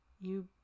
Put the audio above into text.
You